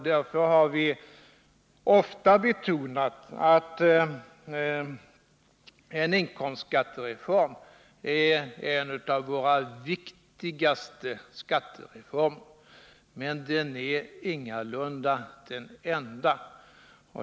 Därför har vi ofta betonat att en inkomstskattereform är en av våra viktigaste skattereformer. Men den är ingalunda den enda.